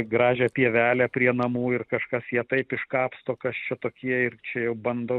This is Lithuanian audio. gražią pievelę prie namų ir kažkas ją taip iškapsto kas čia tokie ir čia jau bando